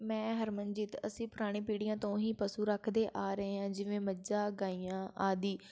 ਮੈਂ ਹਰਮਨਜੀਤ ਅਸੀਂ ਪੁਰਾਣੀ ਪੀੜ੍ਹੀਆਂ ਤੋਂ ਹੀ ਪਸ਼ੂ ਰੱਖਦੇ ਆ ਰਹੇ ਹਾਂ ਜਿਵੇਂ ਮੱਝਾਂ ਗਾਈਆਂ ਆਦਿ